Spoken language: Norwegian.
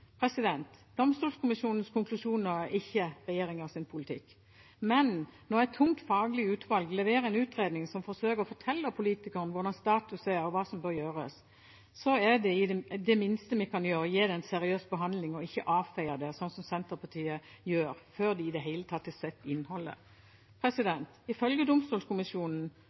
konklusjoner er ikke regjeringens politikk. Men når et tungt faglig utvalg leverer en utredning som forsøker å fortelle politikerne hvordan status er og hva som bør gjøres, er det det minste vi kan gjøre å gi det en seriøs behandling og ikke avfeie det, slik Senterpartiet gjør før de i det hele tatt har sett innholdet. Ifølge